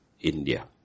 India